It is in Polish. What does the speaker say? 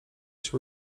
się